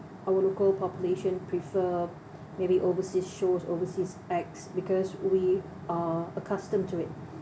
our local population prefer maybe overseas shows overseas acts because we are accustomed to it